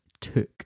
Took